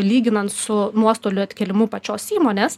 lyginant su nuostolių atkėlimu pačios įmonės